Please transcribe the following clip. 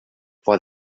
for